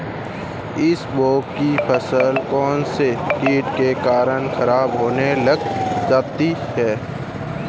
इसबगोल की फसल कौनसे कीट के कारण खराब होने लग जाती है?